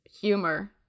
humor